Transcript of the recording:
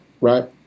right